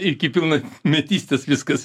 iki pilnametystės viskas